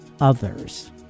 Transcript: others